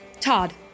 Todd